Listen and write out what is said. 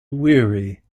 weary